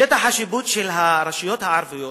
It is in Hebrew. שטח השיפוט של הרשויות הערביות